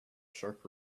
sharp